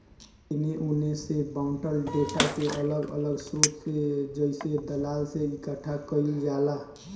एने ओने के बॉटल डेटा के अलग अलग स्रोत से जइसे दलाल से इकठ्ठा कईल जाला